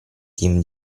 team